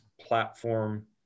platform